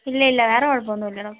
ഇല്ല ഇല്ല വേറെ കുഴപ്പമൊന്നുല്ല ഡോക്ടർ